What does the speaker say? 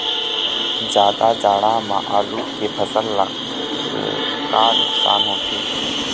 जादा जाड़ा म आलू के फसल ला का नुकसान होथे?